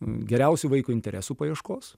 geriausių vaiko interesų paieškos